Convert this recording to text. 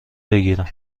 بگیرم